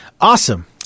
awesome